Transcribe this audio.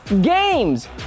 games